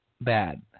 bad